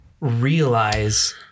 realize